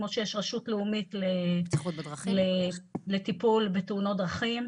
כמו שיש רשות לאומית לטיפול בתאונות דרכים,